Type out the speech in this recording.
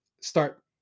start